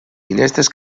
finestres